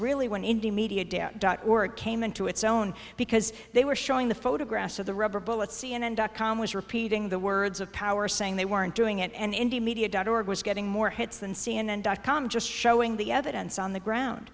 really when indian media or it came into its own because they were showing the photographs of the rubber bullets c n n dot com was repeating the words of power saying they weren't doing it and indeed media dot org was getting more hits than c n n dot com just showing the evidence on the ground